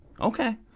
Okay